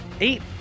eight